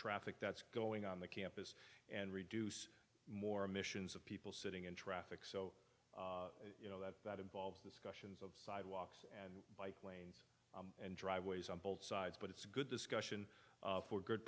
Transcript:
traffic that's going on the campus and reduce more emissions of people sitting in traffic so you know that that involves discussions of sidewalks and and driveways on both sides but it's a good discussion for good